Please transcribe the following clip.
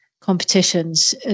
competitions